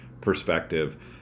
perspective